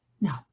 no